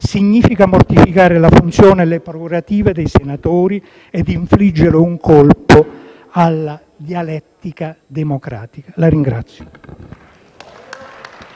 significa mortificare la funzione e le prerogative dei senatori e infliggere un colpo alla dialettica democratica.